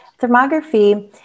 thermography